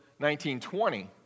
1920